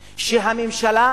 שהממשלה,